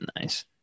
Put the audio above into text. nice